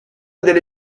della